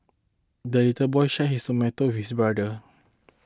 the little boy shared his tomato with his brother